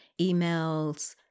emails